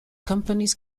companies